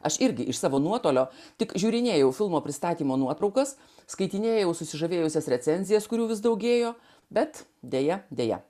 aš irgi iš savo nuotolio tik žiūrinėjau filmo pristatymo nuotraukas skaitinėjau susižavėjusias recenzijas kurių vis daugėjo bet deja deja